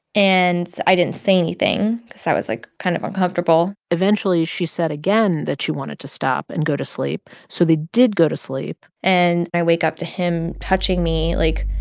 and i didn't say anything cause i was, like, kind of uncomfortable eventually, she said again that she wanted to stop and go to sleep, so they did go to sleep and i wake up to him touching me, like,